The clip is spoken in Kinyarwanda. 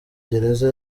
gereza